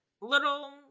little